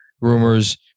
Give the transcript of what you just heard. rumors